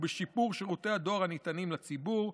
ובשיפור שירותי הדואר הניתנים לציבור.